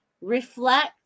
reflect